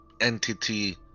entity